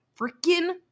freaking